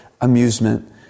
amusement